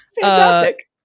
Fantastic